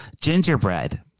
gingerbread